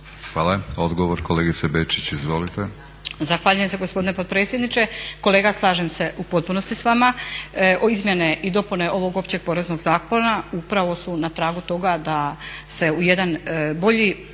Hvala. Odgovor kolegica Bečić izvolite.